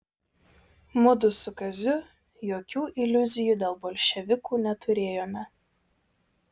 mudu su kaziu jokių iliuzijų dėl bolševikų neturėjome